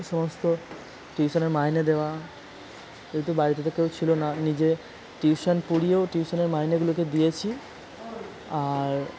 এ সমস্ত টিউশনের মাইনে দেওয়া যেহেতু বাড়িতে তো কেউ ছিল না নিজে টিউশন পড়িয়েও টিউশনের মাইনেগুলোকে দিয়েছি আর